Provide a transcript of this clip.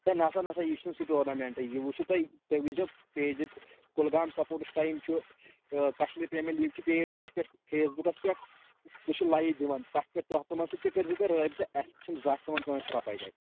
ہے نَسا نَسا یہِ چھُنہٕ سُہ ٹورنامٮ۪نٛٹٕے یہِ وٕچھُو تُہۍ تُہۍ وٕچھزیو پیجِتھ کُلگام سَپوٹٕس ٹایم چھُ کشمیٖر پرٛیمِیَر لیٖگ چھُ پَیج ہُتھ پٮ۪ٹھ فیس بُکَس پٮ۪ٹھ سُہ چھُ لایِو دِوان تَتھ پٮ۪ٹھ تَتھ تِمَن سۭتۍ تہِ کٔرۍزیو تُہۍ رٲبطہٕ اَسہِ چھِنہٕ زانٛہہ کھیوٚمُت کٲنٛسہِ رۄپَے تَتہِ